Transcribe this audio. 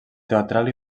teatral